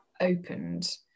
opened